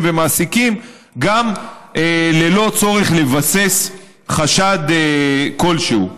ומעסיקים גם ללא צורך לבסס חשד כלשהו,